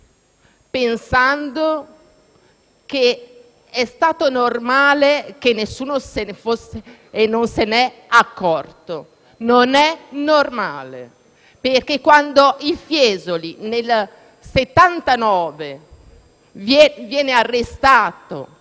pensando che sia stato normale che nessuno se ne sia accorto. Non è normale, perché quando il Fiesoli, nel 1979, viene arrestato